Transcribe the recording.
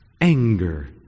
Anger